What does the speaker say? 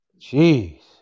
Jeez